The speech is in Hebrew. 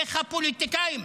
איך הפוליטיקאים.